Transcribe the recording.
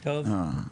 טוב,